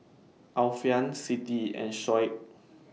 Alfian Siti and Shoaib